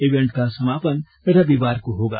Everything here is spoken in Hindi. इवेंट का समापन रविवार को होगा